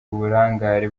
uburangare